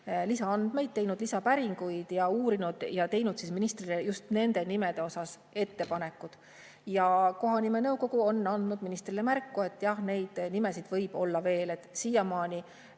lisaandmeid, teinud lisapäringuid ja uurinud ja teinud ministrile just nende nimede muutmiseks ettepanekud. Ja kohanimenõukogu on andnud ministrile märku, et jah, neid nimesid võib olla veel. Siiamaani